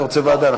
אתה רוצה ועדה?